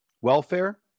Welfare